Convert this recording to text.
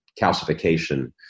calcification